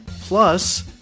plus